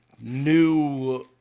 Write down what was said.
new